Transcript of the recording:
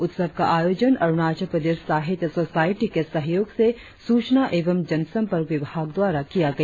उत्सव का आयोजन अरुणाचल प्रदेश साहित्य सोसायटी के सहयोग से सूचना एवं जनसंपर्क विभाग द्वारा किया गया